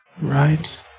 Right